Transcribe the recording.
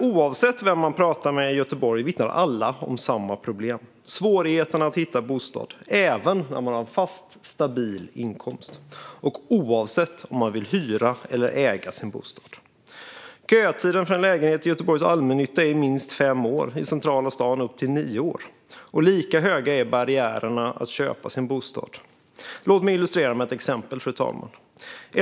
Oavsett vem man pratar med i Göteborg vittnar alla om samma problem: svårigheterna att hitta bostäder, även när man har en fast, stabil inkomst och oavsett om man vill hyra eller äga sin bostad. Kötiden för en lägenhet i Göteborgs allmännytta är minst fem år, i centrala staden upp till nio år. Lika höga är barriärerna till att köpa sin bostad. Låt mig illustrera med ett exempel, fru talman.